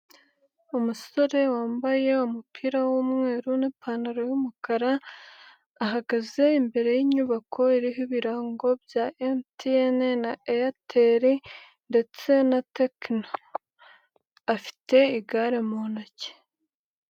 Umusore wambaye umupira w'umweru n'ipantaro y'umukara, ahagaze imbere y'inyubako iriho ibirango bya MTN na Airtel ndetse na Tecno, afite igare mu ntoki.